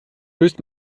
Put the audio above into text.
löst